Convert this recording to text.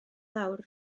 lawr